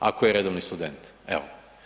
Ako je redovni student, evo.